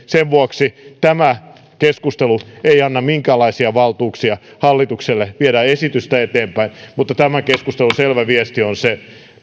sen vuoksi tämä keskustelu ei anna minkäänlaisia valtuuksia hallitukselle viedä esitystä eteenpäin mutta tämän keskustelun selvä viesti on